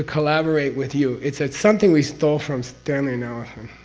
ah collaborate with you. it's it's something we stole from stanley and alison.